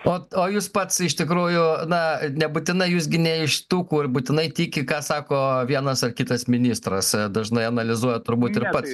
ot o jūs pats iš tikrųjų na nebūtinai jūs gi ne iš tų kur būtinai tiki ką sako vienas ar kitas ministras dažnai analizuojat turbūt ir pats